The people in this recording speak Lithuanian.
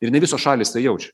ir ne visos šalys tai jaučia